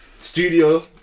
Studio